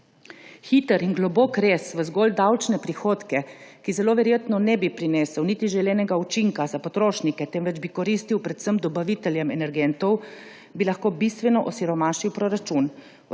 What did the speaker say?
Hiter in globok rez v zgolj davčne prihodke, ki zelo verjetno ne bi prinesel niti želenega učinka za potrošnike, temveč bi koristil predvsem dobaviteljem energentov, bi lahko bistveno osiromašil proračun.